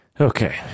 Okay